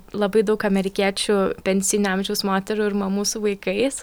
labai daug amerikiečių pensinio amžiaus moterų ir mamų su vaikais